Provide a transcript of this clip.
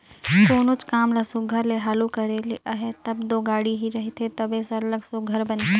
कोनोच काम ल सुग्घर ले हालु करे ले अहे तब दो गाड़ी ही रहथे तबे सरलग सुघर बनथे